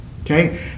Okay